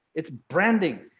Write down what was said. it's branding,